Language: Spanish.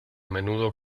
menudo